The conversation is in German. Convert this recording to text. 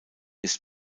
ist